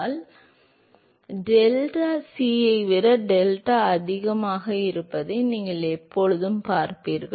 Prandtl எண் 1 ஐ விட அதிகமாக இருந்தால் டெல்டா c ஐ விட டெல்டா அதிகமாக இருப்பதை நீங்கள் எப்போதும் பார்ப்பீர்கள்